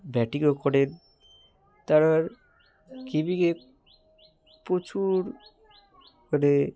ব্যাটিংও করেন তেনার কিপিংয়ে প্রচুর মানে